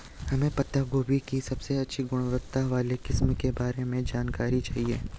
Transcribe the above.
हमें पत्ता गोभी की सबसे अच्छी गुणवत्ता वाली किस्म के बारे में जानकारी चाहिए?